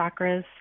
chakras